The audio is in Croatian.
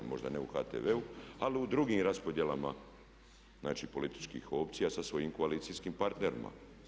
Možda ne u HTV-u ali u drugim raspodjelama znači političkih opcija sa svojim koalicijskim partnerima.